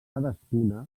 cadascuna